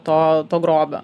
to to grobio